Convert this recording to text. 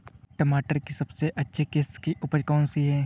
टमाटर की सबसे अच्छी किश्त की उपज कौन सी है?